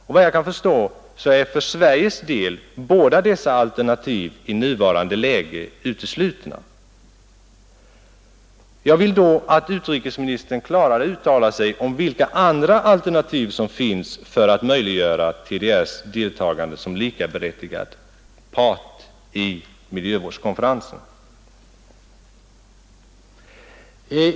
Såvitt jag förstår är för Sveriges del båda dessa alternativ i nuvarande läge uteslutna. Jag vill då att utrikesministern klarare uttalar sig om vilka andra alternativ som finns för att möjligggöra TDR:s deltagande som likaberättigad part i miljövårdskonferensen.